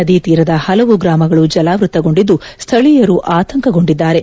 ನದಿ ತೀರದ ಹಲವು ಗ್ರಾಮಗಳು ಜಲಾವೃತಗೊಂಡಿದ್ದು ಸ್ಥಳೀಯರು ಆತಂಕಗೊಂಡಿದ್ದಾರೆ